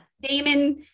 Damon